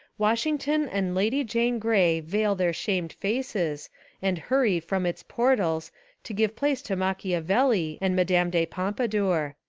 washington and lady jane grey veil their shamed faces and hurry from its portals to give place to machiavelli and madame de pom padour.